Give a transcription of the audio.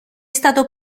stato